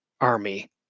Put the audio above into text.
army